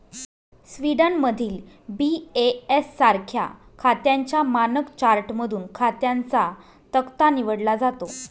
स्वीडनमधील बी.ए.एस सारख्या खात्यांच्या मानक चार्टमधून खात्यांचा तक्ता निवडला जातो